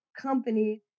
companies